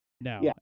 No